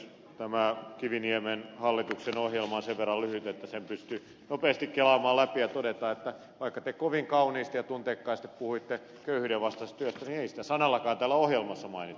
tämä kiviniemen hallituksen ohjelma on sen verran lyhyt että sen pystyy nopeasti kelaamaan läpi ja toteamaan että vaikka te kovin kauniisti ja tunteikkaasti puhuitte köyhyydenvastaisesta työstä niin ei sitä sanallakaan täällä ohjelmassa mainita